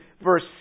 verse